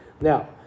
Now